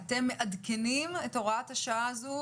אתם מעדכנים את הוראת השעה הזאת,